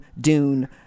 dune